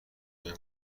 این